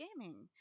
Gaming